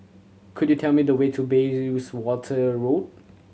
could you tell me the way to Bayswater Road